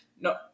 No